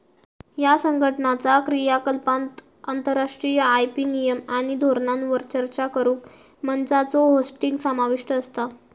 ह्या संघटनाचा क्रियाकलापांत आंतरराष्ट्रीय आय.पी नियम आणि धोरणांवर चर्चा करुक मंचांचो होस्टिंग समाविष्ट असता